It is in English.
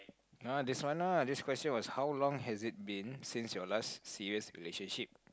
no ah this one lah this question was how long has it been since your last serious relationship